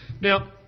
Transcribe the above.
Now